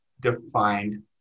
defined